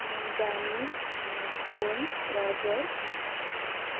danny stone rogers